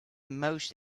most